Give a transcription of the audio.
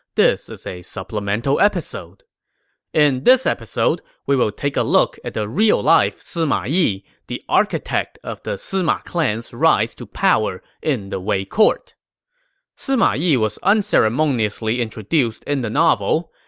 this is a supplemental episode in this episode, we will take a look at the real life sima yi, the architect of the sima clan's rise to power in the wei court sima yi was unceremoniously introduced in the novel.